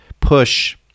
push